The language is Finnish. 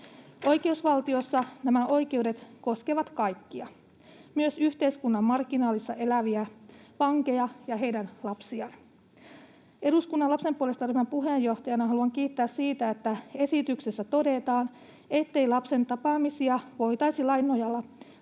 Oikeusvaltiossa nämä oikeudet koskevat kaikkia, myös yhteiskunnan marginaalissa eläviä vankeja ja heidän lapsiaan. Eduskunnan lapsen puolesta ‑ryhmän puheenjohtajana haluan kiittää siitä, että esityksessä todetaan, ettei lapsen tapaamisia voitaisi lain nojalla